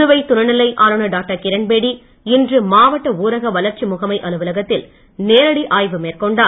புதுவை துணை நிலை ஆளுநர் டாக்டர் கிரண்பேடி இன்று மாவட்ட ஊரக வளர்ச்சி முகமை அலுவலகத்தில் நேரடி ஆய்வு மேற்கொண்டார்